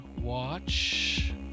Watch